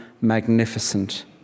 magnificent